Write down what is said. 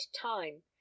time